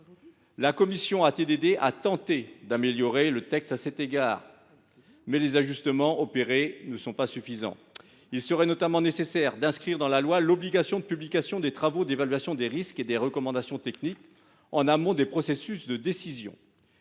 durable a tenté d’améliorer le texte, mais les ajustements opérés ne sont pas suffisants. Il serait nécessaire d’inscrire dans la loi l’obligation de publication des travaux d’évaluation des risques et des recommandations techniques, en amont des processus de décision